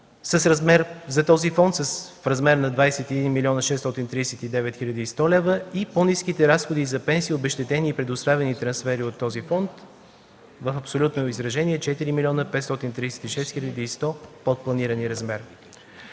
с размер за този фонд 21 млн. 639 хил. и 100 лева и по-ниските разходи за пенсии, обезщетения и предоставени трансфери от този фонд в абсолютно изражение 4 млн. 536 хил. и 100 лева под планирания размер.